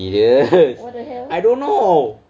serious I don't know